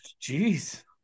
jeez